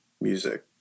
music